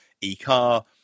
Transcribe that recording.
e-car